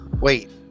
Wait